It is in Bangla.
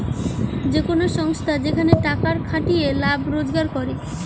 যে কোন সংস্থা যেখানে টাকার খাটিয়ে লাভ রোজগার করে